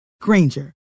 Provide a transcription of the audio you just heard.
Granger